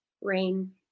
Rain